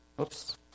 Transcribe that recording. Oops